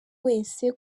wese